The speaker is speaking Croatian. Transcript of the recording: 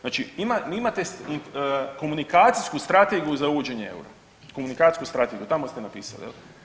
Znači ima, imate komunikacijsku strategiju za uvođenje eura, komunikacijsku strategiju, tamo ste napisali jel.